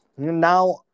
Now